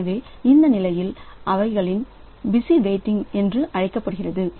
எனவே இந்த நிலை அவைகளின் பிஸிவெயிட்டிங் என்று அழைக்கப்படுகிறது